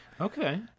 Okay